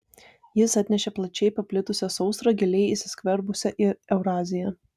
jis atnešė plačiai paplitusią sausrą giliai įsiskverbusią į euraziją